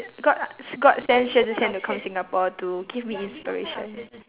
god lah god send xue zhi qian to come singapore to give me inspiration